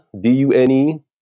D-U-N-E